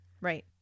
Right